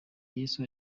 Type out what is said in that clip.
yesu